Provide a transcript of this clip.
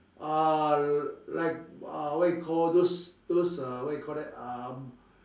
uh like uh what you call those those uh what we call that um